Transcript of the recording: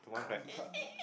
come bruh